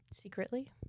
Secretly